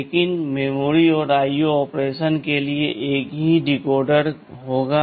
लेकिन मेमोरी और IO operation के लिए एक ही डिकोडर होगा